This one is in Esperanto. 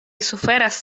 suferas